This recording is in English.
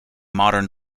modern